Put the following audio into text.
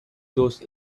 those